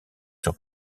sur